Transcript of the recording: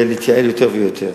ולהתייעל יותר ויותר.